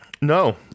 No